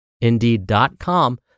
indeed.com